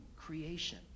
creation